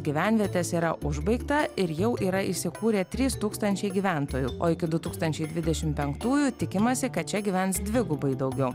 gyvenvietės yra užbaigta ir jau yra įsikūrę trys tūkstančiai gyventojų o iki du tūkstančiai dvidešim penktųjų tikimasi kad čia gyvens dvigubai daugiau